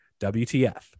WTF